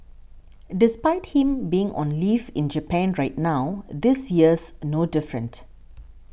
despite him being on leave in Japan right now this year's no different